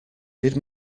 did